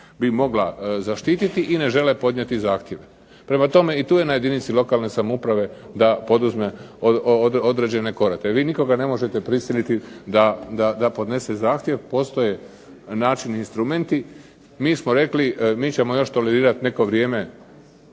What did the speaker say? bi mogla zaštititi i ne žele podnijeti zahtjev. Prema tome, i tu je na jedinici lokalne samouprave da poduzme određene korake. Vi nikoga ne možete prisiliti da podnese zahtjev. Postoje načini i instrumenti. Mi smo rekli mi ćemo još tolerirati neko vrijeme